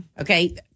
Okay